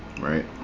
Right